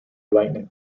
lightning